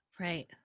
Right